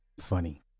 Funny